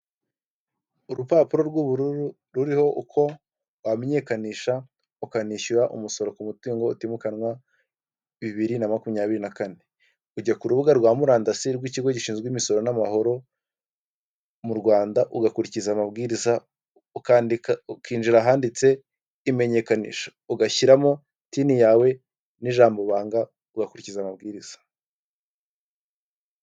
Urupapuro rw'ubururu ruriho uko wamenyekanisha ukanishyura umusoro ku mutungo utimukanwa bibiri na makumyabiri na kane, ujya ku rubuga rwa murandasi rw'ikigo gishinzwe imisoro n'amahoro mu Rwanda ugakurikiza amabwiriza ukinjira ahanditse imenyekanisha ugashyiramo tini yawe n'ijambobanga ugakurikiza amabwiriza.